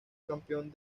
campeón